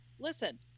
Listen